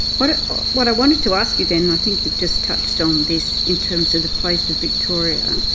what what i wanted to ask you then and i think you've just touched on this in terms of the place of victoria,